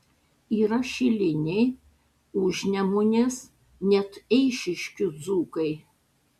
yra šiliniai užnemunės net eišiškių dzūkai